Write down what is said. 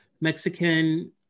Mexican